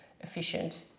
efficient